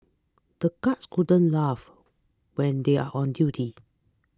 the guards couldn't laugh when they are on duty